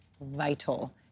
vital